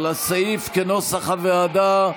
על הסעיף כנוסח הוועדה.